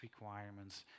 requirements